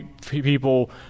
people